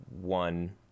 one